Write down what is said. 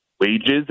wages